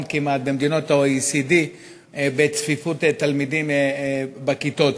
כמעט במדינות ה-OECD בצפיפות תלמידים בכיתות.